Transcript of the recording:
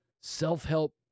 self-help